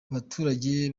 abaturage